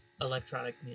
electronic